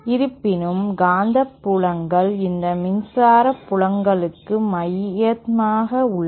இருப்பினும் காந்தப்புலங்கள் இந்த மின்சார புலங்களுக்கு மையமாக உள்ளன